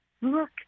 look